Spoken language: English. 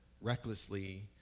recklessly